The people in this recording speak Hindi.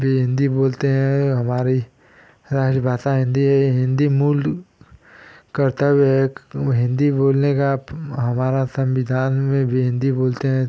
भी हिन्दी बोलते हैं हमारी राजभाषा हिन्दी है हिन्दी मूल कर्तव्य एक हमें हिन्दी बोलने का हमारा संविधान में भी हिन्दी बोलते हैं